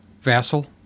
Vassal